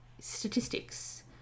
statistics